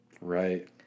Right